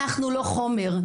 אנחנו לא חומר.